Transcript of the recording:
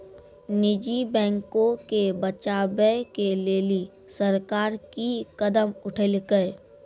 निजी बैंको के बचाबै के लेली सरकार कि कदम उठैलकै?